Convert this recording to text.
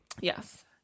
Yes